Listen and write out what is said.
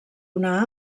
una